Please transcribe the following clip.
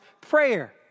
prayer